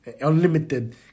unlimited